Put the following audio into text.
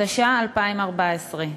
התשע"ה 2014,